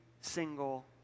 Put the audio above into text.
single